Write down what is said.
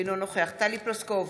אינו נוכח טלי פלוסקוב,